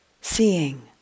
seeing